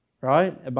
right